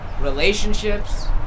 relationships